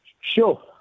Sure